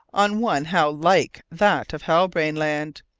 on one how like that of halbrane land!